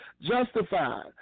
Justified